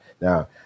Now